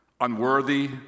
unworthy